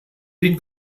den